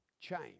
change